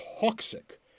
toxic